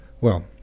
Well